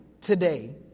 today